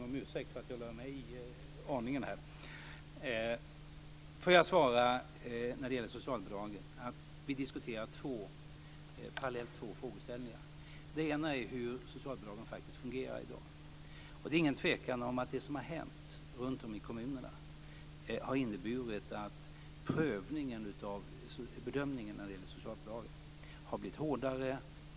Herr talman! Låt mig när det gäller socialbidragen svara att vi diskuterar två parallella frågeställningar. Den ena är hur socialbidragen faktiskt fungerar i dag. Det är ingen tvekan om att det som har hänt runtom i kommunerna är att bedömningen när det gäller socialbidragen har blivit hårdare.